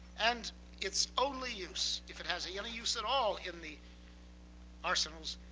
and it's only use, if it has any and use at all in the arsenals,